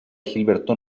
gilberto